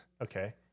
Okay